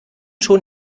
schon